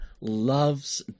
loves